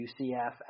UCF